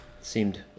Seemed